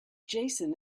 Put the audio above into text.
jason